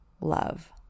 love